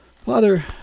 Father